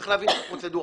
צריך להבין את הפרוצדורה.